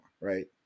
right